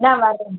நான் வர்றேன்